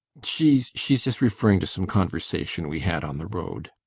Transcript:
she she's just referring to some conversation we had on the road,